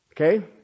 Okay